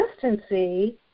consistency